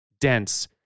dense